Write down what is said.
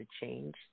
change